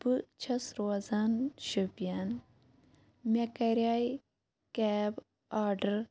بہٕ چھَس روزان شُپیَن مےٚ کَرِیے کیٚب آڈر